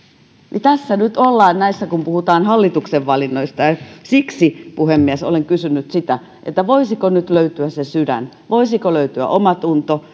tässä nyt ollaan kun puhutaan näistä hallituksen valinnoista siksi puhemies olen kysynyt sitä sitä voisiko nyt löytyä se sydän voisiko löytyä omatunto